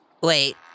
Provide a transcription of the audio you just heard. Wait